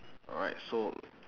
alright so